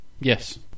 Yes